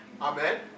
Amen